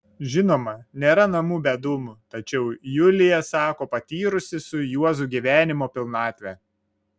žinoma nėra namų be dūmų tačiau julija sako patyrusi su juozu gyvenimo pilnatvę